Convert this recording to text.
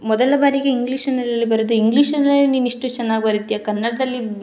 ಮೊದಲ ಬಾರಿಗೆ ಇಂಗ್ಲಿಷ್ನಲ್ಲಿ ಬರೆದ ಇಂಗ್ಲೀಷನಲ್ಲೇ ನೀನಿಷ್ಟು ಚೆನ್ನಾಗಿ ಬರೀತಿಯ ಕನ್ನಡದಲ್ಲಿ